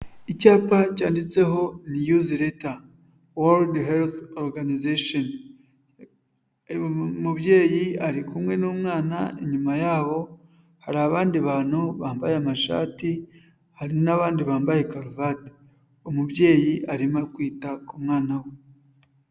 Icyapa cyanditseho "news letter health organization" umubyeyi ari kumwe n'umwana inyuma yabo hari abandi bantu bambaye amashati hari n'abandi bambaye karuvati umubyeyi arimo kwita ku mwana we.